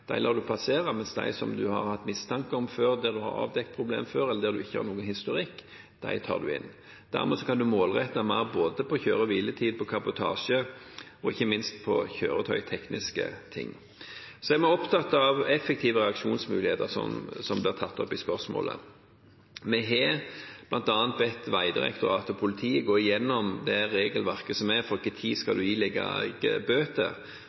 de bedriftene som har funket, passere, mens en tar inn dem som en har hatt mistanke om før, der en har avdekket problemer før, eller der en ikke har noen historikk. Dermed kan en målrette mer når det gjelder både kjøre- og hviletid, kabotasje og ikke minst kjøretøytekniske ting. Vi er opptatt av effektive reaksjonsmuligheter, som blir tatt opp i spørsmålet. Vi har bl.a. bedt Vegdirektoratet og politiet gå igjennom det regelverket for når en skal ilegge bøter, og heller se om det er